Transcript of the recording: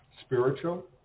spiritual